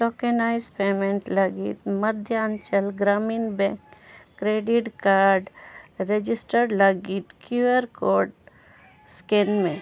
tokenise payment ᱞᱟᱹᱜᱤᱫ Madhyanchal Gramin Bank credit card register ᱞᱟᱹᱜᱤᱫ Q R code scan ᱢᱮ